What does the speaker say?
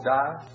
die